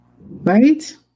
Right